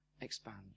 expand